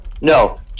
no